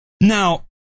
Now